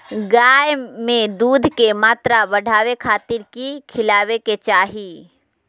गाय में दूध के मात्रा बढ़ावे खातिर कि खिलावे के चाही?